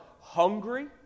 hungry